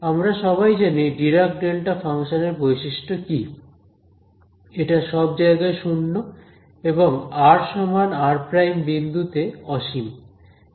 আমরা সবাই জানি ডিরাক ডেলটা ফাংশন এর বৈশিষ্ট্য কি এটা সব জায়গায় 0 এবং rr বিন্দুতে অসীম এবং এটা আসলে ঠিক ফাংশন নয়